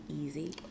easy